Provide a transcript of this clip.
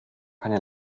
keine